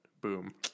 Boom